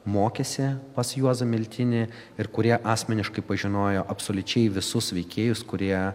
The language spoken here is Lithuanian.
mokėsi pas juozą miltinį ir kurie asmeniškai pažinojo absoliučiai visus veikėjus kurie